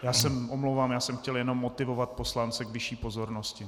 Já se omlouvám, já jsem chtěl jenom motivovat poslance k vyšší pozornosti.